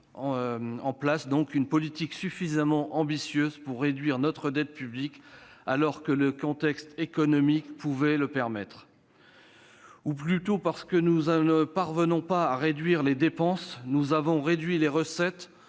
en place une politique suffisamment ambitieuse pour réduire notre dette publique, alors que le contexte économique pouvait le permettre. Ou plutôt, puisque nous ne parvenons pas à diminuer les dépenses, nous avons diminué les recettes,